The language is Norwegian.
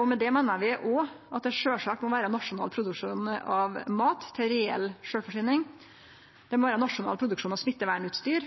og med det meiner vi òg at det sjølvsagt må vere nasjonal produksjon av mat til reell sjølvforsyning, det må vere nasjonal produksjon av smittevernutstyr